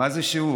מה זה שיעור?